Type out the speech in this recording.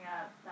up